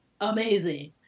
amazing